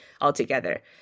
altogether